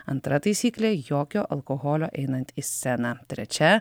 antra taisyklė jokio alkoholio einant į sceną trečia